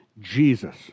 Jesus